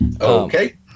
Okay